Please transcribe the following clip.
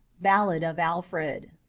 ballad of alfred.